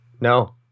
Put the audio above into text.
No